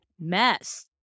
mess